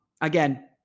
again